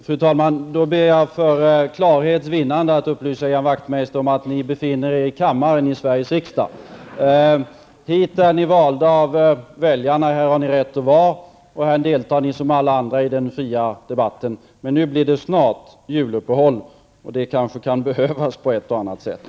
Fru talman! För klarhets vinnande ber jag att få upplysa Ian Wachtmeister om att Ny Demokrati befinner sig i kammaren i Sveriges rikdag. Hit är ni valda av väljarna. Här har ni rätt att vara, och här deltar ni som alla andra i den fria debatten. Men nu blir det snart juluppehåll, och det kanske kan behövas på ett och annat sätt.